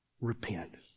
Repent